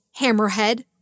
Hammerhead